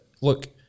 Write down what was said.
Look